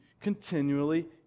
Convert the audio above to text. continually